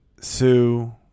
Sue